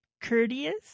courteous